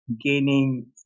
gaining